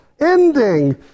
ending